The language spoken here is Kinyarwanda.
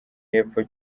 y’epfo